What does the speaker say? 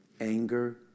Anger